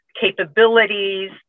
capabilities